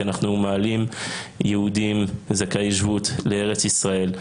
כי אנחנו מעלים יהודים זכאי שבות לארץ ישראל.